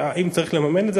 ואם צריך לממן את זה,